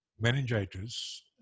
meningitis